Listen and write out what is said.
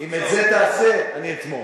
אם את זה תעשה, אני אתמוך.